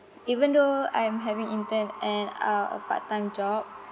even though I am having intern and uh a part time job